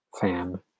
fan